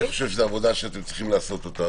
אני חושב שזו עבודה שאתם צריכים לעשות אותה,